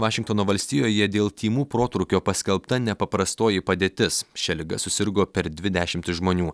vašingtono valstijoje dėl tymų protrūkio paskelbta nepaprastoji padėtis šia liga susirgo per dvi dešimtys žmonių